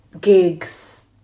gigs